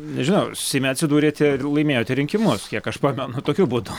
nežinau seime atsidūrėte ir laimėjote rinkimus kiek aš pamenu tokiu būdu